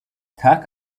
tag